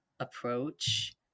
approach